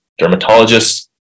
dermatologists